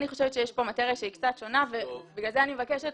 אני חושבת שיש כאן מטריה שהיא קצת שונה ולכן אני מבקשת